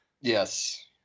Yes